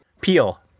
Peel